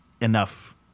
enough